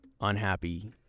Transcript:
unhappy